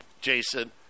Jason